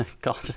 God